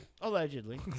Allegedly